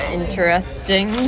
interesting